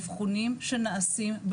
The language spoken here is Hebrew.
אנחנו מבינים שיש משהו שנעשה,